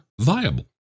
viable